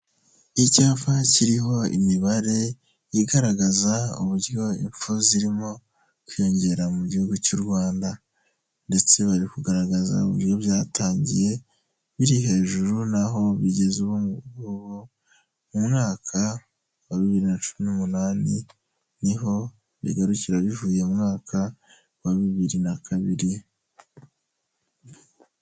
Icyapa kiriho imibare igaragaza uburyo impfu zirimo kwiyongera mu gihugu cy'u Rwanda, ndetse bari kugaragaza uburyo byatangiye biri hejuru naho bigeze ubu Ngubu mu mwaka wa bibiri na cumi n'umunani, ni ho bigarukira bivuye mu mwaka wa bibiri na kabiri.